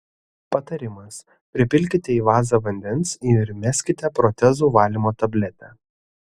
patarimas pripilkite į vazą vandens ir įmeskite protezų valymo tabletę